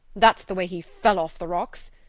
that's the way he fell off the rocks.